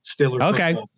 Okay